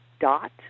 Dot